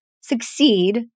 succeed